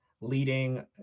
leading